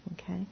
Okay